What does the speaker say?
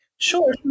Sure